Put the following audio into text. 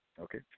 okay